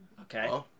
Okay